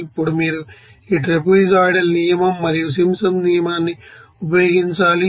ఇప్పుడు మీరు ఈ ట్రాపెజోయిడల్ నియమం మరియు సింప్సన్స్ నియమాన్ని ఉపయోగించాలి